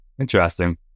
interesting